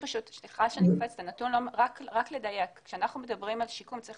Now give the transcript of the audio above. רק לדייק: כשאנחנו מדברים על שיקום צריך